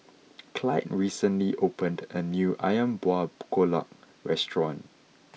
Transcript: Clide recently opened a new Ayam Buah Keluak Restaurant